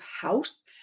house